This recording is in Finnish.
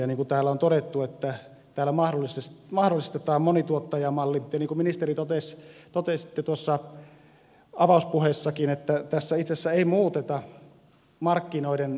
niin kuin täällä on todettu tällä mahdollistetaan monituottajamalli ja niin kuin ministeri totesitte tuossa avauspuheessakin tässä itse asiassa ei muuteta markkinoiden roolia